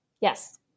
Yes